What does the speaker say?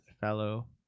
fellow